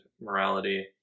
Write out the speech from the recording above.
morality